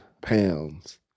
pounds